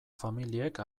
familiek